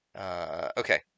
Okay